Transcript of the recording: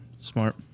Smart